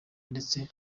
ndetse